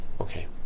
Okay